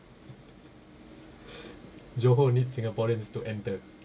johor needs singaporeans to enter